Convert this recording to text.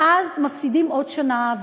ואז מפסידים עוד שנה,